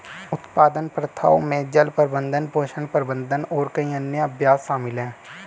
उत्पादन प्रथाओं में जल प्रबंधन, पोषण प्रबंधन और कई अन्य अभ्यास शामिल हैं